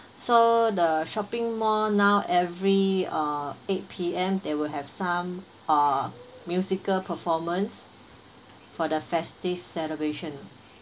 so the shopping mall now every uh eight P_M they will have some uh musical performance for the festive celebration